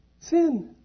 Sin